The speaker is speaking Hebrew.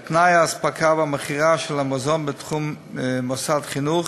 את תנאי האספקה והמכירה של מזון בתחום מוסד חינוך,